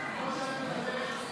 הוועדה.